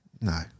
No